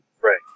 Right